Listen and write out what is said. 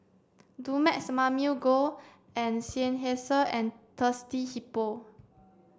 Dumex Mamil Gold Seinheiser and Thirsty Hippo